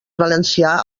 valencià